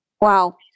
Wow